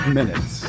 minutes